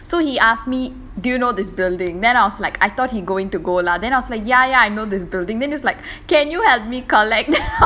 so he asked me do you know this building then I was like I thought he going to go lah then I was like ya ya I know this building then he was like